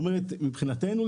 מבחינתנו,